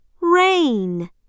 Rain